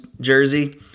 jersey